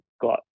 got